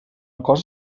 cosa